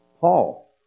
Paul